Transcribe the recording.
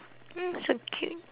so cute